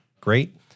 great